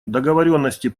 договоренности